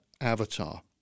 avatar